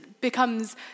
becomes